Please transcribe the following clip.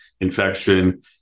infection